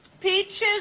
peaches